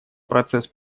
процесс